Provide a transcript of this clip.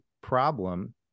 problem